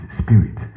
spirit